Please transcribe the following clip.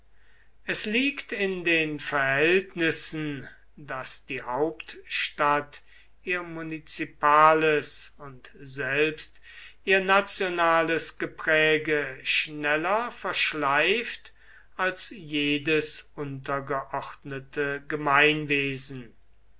es liegt in den verhältnissen daß die hauptstadt ihr munizipales und selbst ihr nationales gepräge schneller verschleift als jedes untergeordnete gemeinwesen